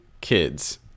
kids